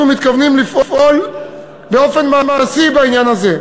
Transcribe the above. אנחנו מתכוונים לפעול באופן מעשי בעניין הזה.